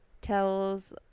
tells